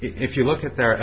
if you look at their